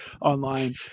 online